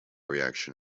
reaction